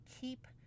keep